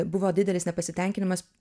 buvo didelis nepasitenkinimas